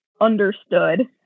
understood